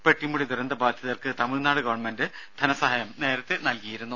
പെട്ടിമുടി ദുരന്ത ബാധിതർക്ക് തമിഴ്നാട് ഗവൺമെന്റ് ധനസഹായം നേരത്തെ നൽകിയിരുന്നു